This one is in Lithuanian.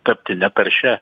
tapti netaršia